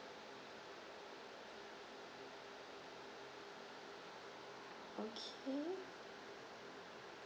okay